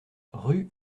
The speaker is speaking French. rue